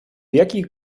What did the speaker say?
jakich